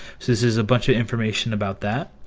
so this is a bunch of information about that,